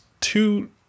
two